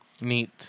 neat